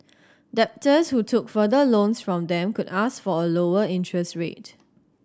debtors who took further loans from them could ask for a lower interest rate